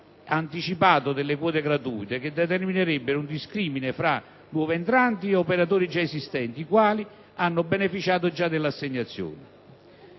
anticipato delle quote gratuite, che determinerebbe un discrimine tra nuovi entranti e operatori già esistenti, i quali hanno già beneficiato dell'assegnazione.